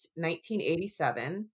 1987